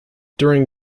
during